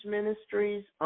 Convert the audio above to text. Ministries